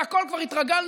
להכול כבר התרגלנו.